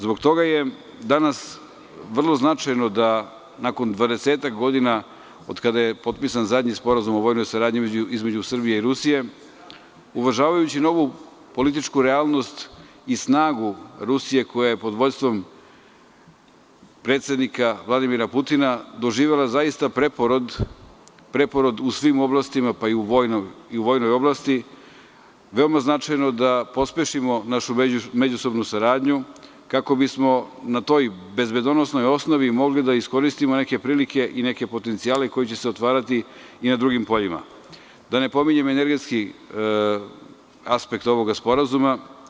Zbog toga je danas vrlo značajno da nakon 20-ak godina od kada je potpisan zadnji Sporazum o vojnoj saradnji između Srbije i Rusije, uvažavajući novu političku realnost i snagu Rusije koja je pod vođstvom predsednika Vladimira Putina doživela zaista preporod u svim oblastima pa i u vojnoj oblasti, veoma značajno da pospešimo našu međusobnu saradnju kako bismo na toj bezbednosnoj osnovi mogli da iskoristimo neke prilike i neke potencijale koji će se otvarati i na drugim poljima, da ne pominjem energetski aspekt ovog sporazuma.